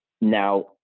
Now